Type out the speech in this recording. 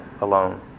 alone